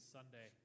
Sunday